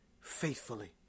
faithfully